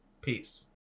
peace